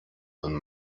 und